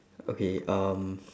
okay um